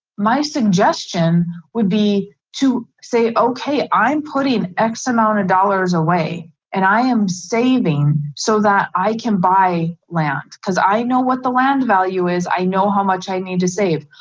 my suggestion would be to say okay, i'm putting x amount of dollars away and i am saving so that i can buy land because i know what the land value is i know how much i need to save.